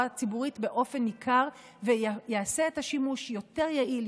ציבורית באופן ניכר ויעשה את השימוש יותר יעיל,